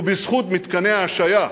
ובזכות מתקני ההשהיה